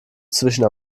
zwischen